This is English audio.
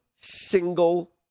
single